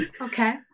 okay